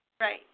Right